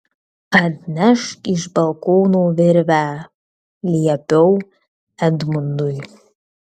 atnešk iš balkono virvę liepiau edmundui